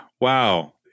Wow